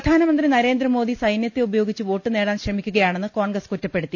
പ്രധാനമന്ത്രി നരേന്ദ്രമോദി സൈന്യത്തെ ഉപയോഗിച്ച് വോട്ടു നേടാൻ ശ്രമിക്കുകയാണെന്ന് കോൺഗ്രസ് കുറ്റപ്പെടുത്തി